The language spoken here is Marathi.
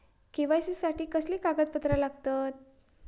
के.वाय.सी साठी कसली कागदपत्र लागतत?